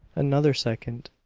another second,